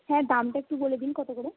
হ্যাঁ দামটা একটু বলে দিন কতো করে